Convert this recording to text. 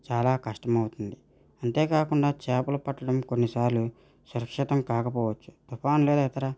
చాలా కష్టం అవుతుంది అంతేకాకుండా చేపలు పట్టడం కొన్నిసార్లు సురక్షితం కాకపోవచ్చు తుఫాన్లు లేదా ఇతర